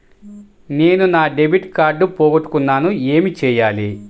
నేను నా debit card పోగొట్టుకున్నాను ఏమి చేయాలి?